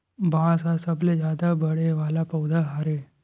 बांस ह सबले जादा बाड़हे वाला पउधा हरय